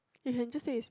you can just say is